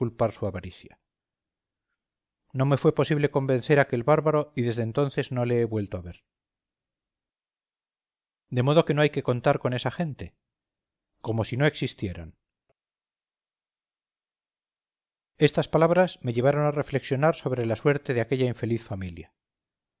su avaricia no me fue posible convencer a aquel bárbaro y desde entonces no le he vuelto a ver de modo que no hay que contar con esa gente como si no existieran estas palabras me llevaron a reflexionar sobre la suerte de aquella infeliz familia